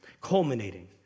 culminating